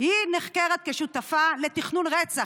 והיא נחקרת כשותפה לתכנון רצח,